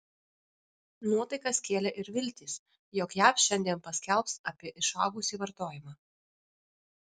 nuotaikas kėlė ir viltys jog jav šiandien paskelbs apie išaugusį vartojimą